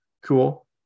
cool